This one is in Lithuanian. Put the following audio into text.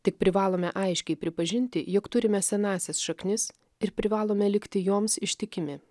tik privalome aiškiai pripažinti jog turime senąsias šaknis ir privalome likti joms ištikimi